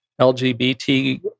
LGBT